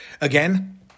again